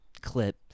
clip